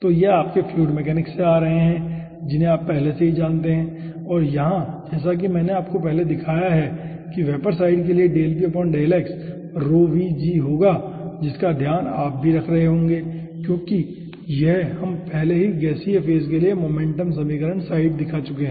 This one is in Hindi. तो ये आपके फ्लूइड मैकेनिक्स से आ रहे हैं जिन्हें आप पहले से ही जानते हैं और यहां जैसा कि हमने पहले ही दिखाया है कि वेपर साईड के लिए होगा जिसका ध्यान आप भी रख रहे होंगे क्योंकि यह हम पहले ही गैसीय फेज के लिए मोमेंटम समीकरण साईड दिखा चुके है